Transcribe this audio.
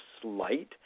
slight